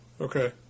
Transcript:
Okay